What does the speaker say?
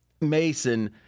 Mason